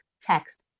text